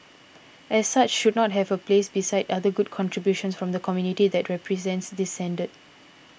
as such should not have a place beside other good contributions from the community that represents this standard